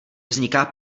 vzniká